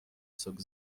sok